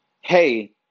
hey